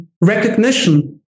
recognition